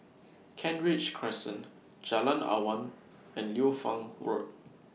Kent Ridge Crescent Jalan Awan and Liu Fang Road